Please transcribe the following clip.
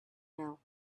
know